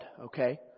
okay